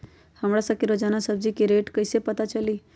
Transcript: हमरा सब के रोजान सब्जी के रेट कईसे पता चली?